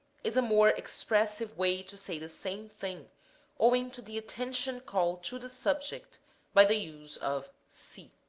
is a more expressive way to say the same thing owing to the attention called to the subject by the use of se.